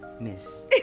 Miss